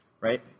right